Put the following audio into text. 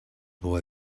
boy